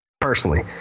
Personally